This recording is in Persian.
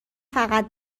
فقط